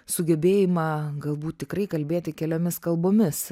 sugebėjimą galbūt tikrai kalbėti keliomis kalbomis